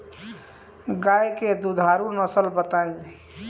गाय के दुधारू नसल बताई?